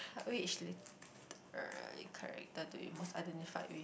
which literary character do you most identify with